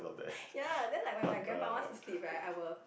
ya then like when my grandpa wants to sleep right I will